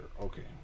Okay